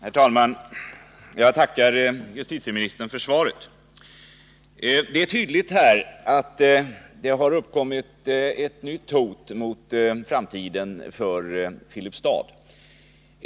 Herr talman! Jag tackar justitieministern för svaret på min fråga. Det är tydligt att det har uppkommit ett nytt hot mot framtiden för Filipstad, nämligen bristen på brottslingar.